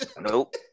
Nope